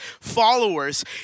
followers